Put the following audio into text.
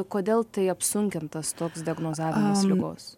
kodėl tai apsunkintas toks diagnozavimas ligos